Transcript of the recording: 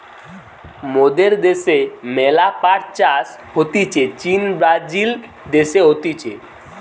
মোদের দ্যাশে ম্যালা পাট চাষ হতিছে চীন, ব্রাজিল দেশে হতিছে